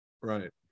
Right